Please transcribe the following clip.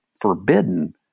forbidden